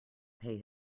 pay